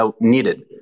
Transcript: needed